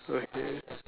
okay